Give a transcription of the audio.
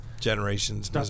Generations